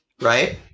Right